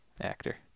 Actor